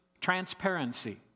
transparency